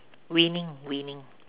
winning winning